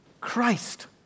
Christ